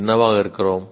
என்னவாக இருக்கிறோம்